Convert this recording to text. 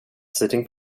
sitting